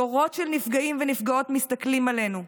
דורות של נפגעים ונפגעות מסתכלים עלינו,